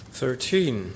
thirteen